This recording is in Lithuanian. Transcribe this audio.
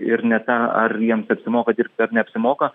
ir ne ta ar jiems apsimoka dirbt ar neapsimoka